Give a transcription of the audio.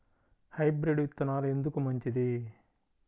Hybrid విత్తనాలు ఎందుకు మంచిది?